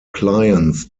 clients